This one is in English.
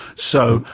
so,